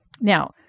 Now